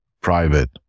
private